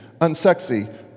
unsexy